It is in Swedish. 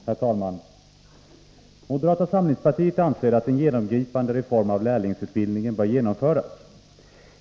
Herr talman! Moderata samlingspartiet anser att en genomgripande reform av lärlingsutbildningen bör genomföras.